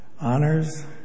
Honors